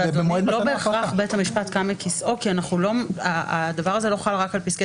לא בהכרח בית המשפט קם מכיסאו כי הדבר הזה לא חל רק על פסקי